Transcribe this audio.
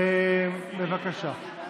בבקשה.